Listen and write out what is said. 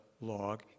log